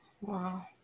Wow